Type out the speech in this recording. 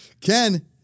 Ken